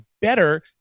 better